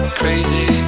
crazy